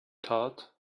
thought